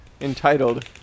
entitled